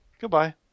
goodbye